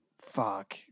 fuck